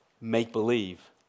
make-believe